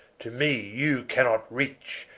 to me you cannot reach.